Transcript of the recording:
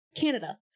Canada